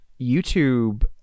YouTube